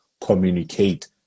communicate